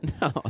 No